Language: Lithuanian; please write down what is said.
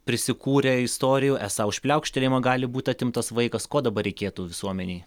prisikūrė istorijų esą už pliaukštelėjimą gali būti atimtas vaikas ko dabar reikėtų visuomenei